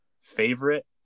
favorite